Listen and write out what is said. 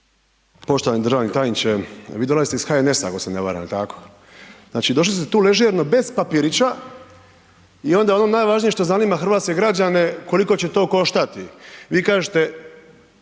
Poštovani državni tajniče, vi dolazite iz HNS-a ako se ne varam, znači došli ste tu ležerno bez papirića i onda ono najvažnije što zanima hrvatske građane koliko će to koštati, vi kažete